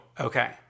Okay